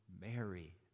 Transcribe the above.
Mary